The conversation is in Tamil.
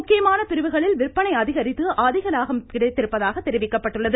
முக்கியமான பிரிவுகளில் விற்பனை அதிகரித்து அதிக லாபம் கிடைத்திருப்பதாக தெரிவிக்கப்பட்டுள்ளது